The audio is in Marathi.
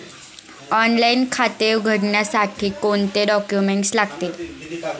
ऑनलाइन खाते उघडण्यासाठी कोणते डॉक्युमेंट्स लागतील?